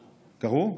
קראו.